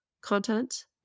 content